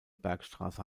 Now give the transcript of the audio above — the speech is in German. bergstraße